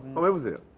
what was it